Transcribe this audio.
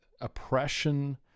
Oppression